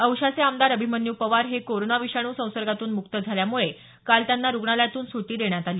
औशाचे आमदार अभिमन्यू पवार हे कोरोना विषाणू संसर्गातून मुक्त झाल्यामुळे काल त्यांना रुग्णालयातून सुटी देण्यात आली